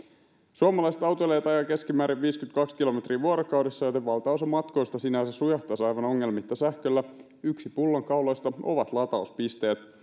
suomalaiset autoilijat ajavat keskimäärin viisikymmentäkaksi kilometriä vuorokaudessa joten valtaosa matkoista sinänsä sujahtaisi aivan ongelmitta sähköllä yksi pullonkauloista ovat latauspisteet